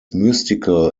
mystical